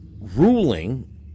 ruling